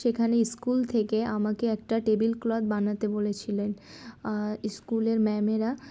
সেখানে স্কুল থেকে আমাকে একটা টেবিল ক্লথ বানাতে বলেছিলেন স্কুলের ম্যামেরা